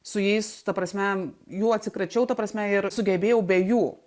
su jais ta prasme jų atsikračiau ta prasme ir sugebėjau be jų